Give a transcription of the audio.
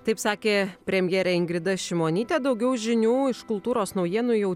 taip sakė premjerė ingrida šimonytė daugiau žinių iš kultūros naujienų jau